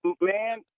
man